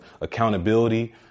accountability